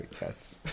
Yes